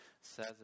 says